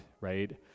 Right